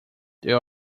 there